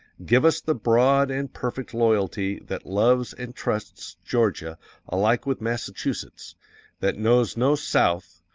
give us the broad and perfect loyalty that loves and trusts georgia alike with massachusetts that knows no south,